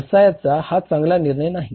व्यवसायाचा हा चांगला निर्णय नाही